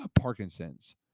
Parkinson's